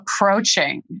approaching